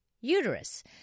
uterus